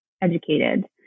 educated